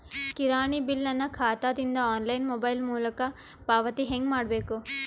ಕಿರಾಣಿ ಬಿಲ್ ನನ್ನ ಖಾತಾ ದಿಂದ ಆನ್ಲೈನ್ ಮೊಬೈಲ್ ಮೊಲಕ ಪಾವತಿ ಹೆಂಗ್ ಮಾಡಬೇಕು?